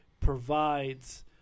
provides